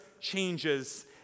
changes